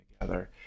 together